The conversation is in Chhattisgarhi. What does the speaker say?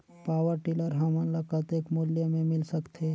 पावरटीलर हमन ल कतेक मूल्य मे मिल सकथे?